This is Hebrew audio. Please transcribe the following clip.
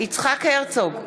יצחק הרצוג,